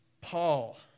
Paul